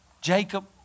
Jacob